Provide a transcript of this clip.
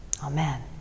Amen